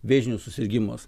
vėžinius susirgimus